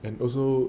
and also